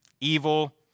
Evil